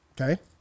Okay